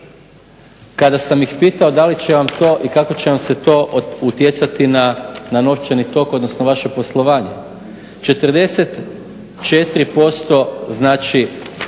kada sam ih pitao da li će vam to i kako će vam to utjecati na novčani tok, odnosno vaše poslovanje 44% znači,